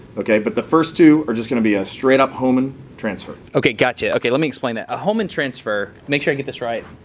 ok, but the first two are just gonna be a straight up hohmann transfer. ok gotcha. let me explain that. a hohmann transfer, make sure i get this right,